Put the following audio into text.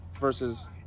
versus